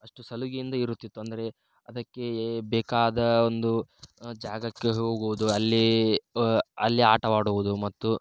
ಅಷ್ಟು ಸಲುಗೆಯಿಂದ ಇರುತಿತ್ತು ಅಂದರೆ ಅದಕ್ಕೆ ಬೇಕಾದ ಒಂದು ಜಾಗಕ್ಕೆ ಹೋಗುವುದು ಅಲ್ಲಿ ಅಲ್ಲಿ ಆಟವಾಡುವುದು ಮತ್ತು